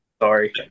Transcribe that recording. sorry